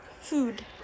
Food